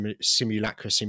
simulacra